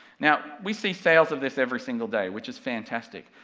now, we see sales of this every single day, which is fantastic.